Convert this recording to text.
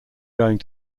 going